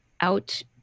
out